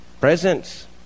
Presence